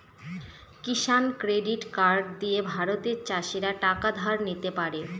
কিষান credit card দিয়ে ভারতের চাষীরা টাকা ধার নিতে পারে